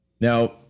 now